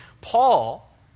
Paul